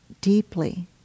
deeply